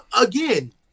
again